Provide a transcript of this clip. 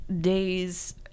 days